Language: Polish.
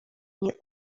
nie